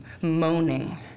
moaning